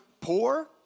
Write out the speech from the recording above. poor